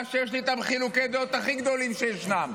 שיש לי איתם חילוקי דעות הכי גדולים שישנם.